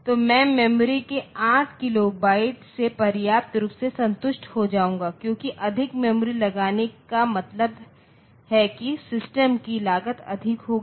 तो मैं मेमोरी के 8 किलो बाइट से पर्याप्त रूप से संतुष्ट हो जाऊंगा क्योंकि अधिक मेमोरी लगाने का मतलब है कि सिस्टम की लागत अधिक होगी